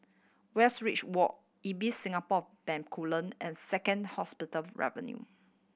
Westridge Walk Ibis Singapore Bencoolen and Second Hospital Avenue